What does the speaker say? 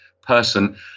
person